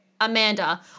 Amanda